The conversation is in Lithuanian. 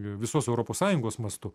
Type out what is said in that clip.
visos europos sąjungos mastu